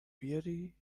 بیاری